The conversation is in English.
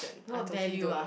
what value ah